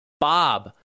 Bob